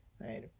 right